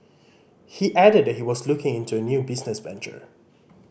he added that he was looking into a new business venture